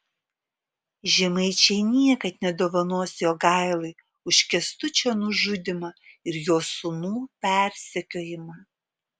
žemaičiai niekad nedovanos jogailai už kęstučio nužudymą ir jo sūnų persekiojimą